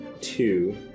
two